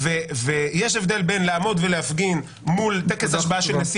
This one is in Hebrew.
------ יש הבדל בין לעמוד ולהפגין מול טקס השבעה של נשיא